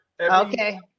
Okay